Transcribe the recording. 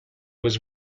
was